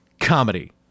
comedy